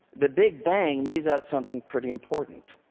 the big bang leaves out something pretty important,